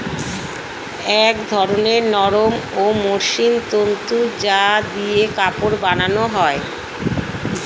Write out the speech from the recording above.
এক ধরনের নরম ও মসৃণ তন্তু যা দিয়ে কাপড় বানানো হয়